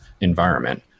environment